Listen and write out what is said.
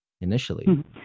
initially